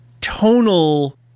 tonal